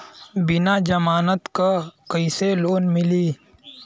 बिना जमानत क कइसे लोन मिली?